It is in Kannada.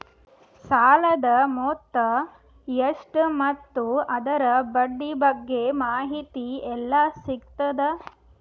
ಸಾಲದ ಮೊತ್ತ ಎಷ್ಟ ಮತ್ತು ಅದರ ಬಡ್ಡಿ ಬಗ್ಗೆ ಮಾಹಿತಿ ಎಲ್ಲ ಸಿಗತದ?